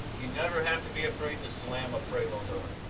you never have to be afraid to slam a prevo door.